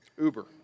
uber